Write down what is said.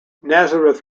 nazareth